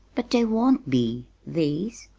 but they won't be these,